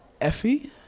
Effie